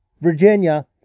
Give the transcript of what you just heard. Virginia